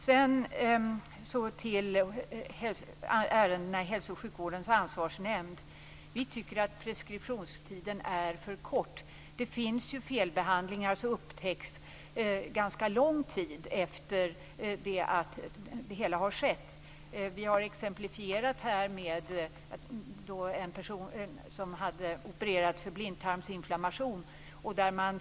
Sedan vill jag säga några ord om ärendena beträffande Hälso och sjukvårdens ansvarsnämnd, HSAN. Vi tycker att preskriptionstiden är för kort. Det finns ju exempel på att felbehandlingar upptäcks ganska lång tid efter det att det hela har skett. Vi har här exemplifierat med en person som opererats för blindtarmsinflammation.